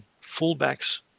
fullbacks